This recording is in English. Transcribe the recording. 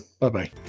Bye-bye